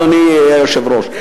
אדוני היושב-ראש,